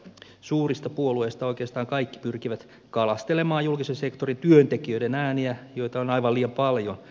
suurista puolueista oikeastaan kaikki pyrkivät kalastelemaan julkisen sektorin työntekijöiden ääniä joita on aivan liian paljon